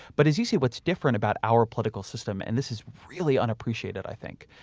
but as you see, what's different about our political system, and this is really unappreciated i think,